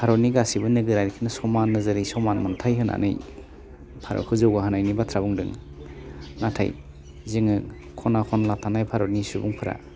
भारतनि गासिबो नोगोरारिफोरनो समान नोजोरै समान मोनथाय होनानै भारतखौ जौगाहोनायनि बाथ्रा बुंदों नाथाय जोङो खना खनला थानाय भारतनि सुबुंफोरा